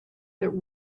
that